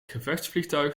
gevechtsvliegtuig